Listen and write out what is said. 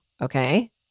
Okay